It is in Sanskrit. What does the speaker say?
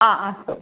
हा अस्तु